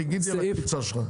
חיכית לקפיצה שלך.